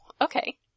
okay